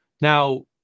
Now